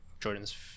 Jordan's